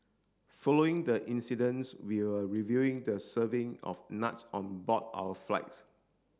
following the incidents we are reviewing the serving of nuts on board our flights